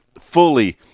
fully